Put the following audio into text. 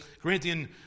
Corinthian